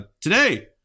Today